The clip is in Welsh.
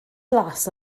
glas